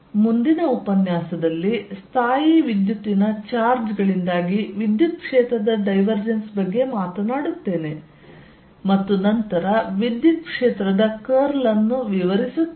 ಮುಂದಿನ ಉಪನ್ಯಾಸದಲ್ಲಿ ಸ್ಥಾಯೀವಿದ್ಯುತ್ತಿನ ಚಾರ್ಜ್ ಗಳಿಂದಾಗಿ ವಿದ್ಯುತ್ ಕ್ಷೇತ್ರದ ಡೈವರ್ಜೆನ್ಸ್ ಬಗ್ಗೆ ಮಾತನಾಡುತ್ತೇನೆ ಮತ್ತು ನಂತರ ವಿದ್ಯುತ್ ಕ್ಷೇತ್ರದ ಕರ್ಲ್ ಅನ್ನು ವಿವರಿಸುತ್ತೇನೆ